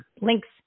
links